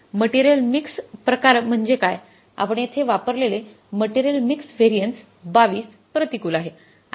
आणि material mix प्रकार म्हणजे काय आपण येथे वापरलेले मटेरियल मिक्स व्हेरिएन्स २२ प्रतिकूल आहे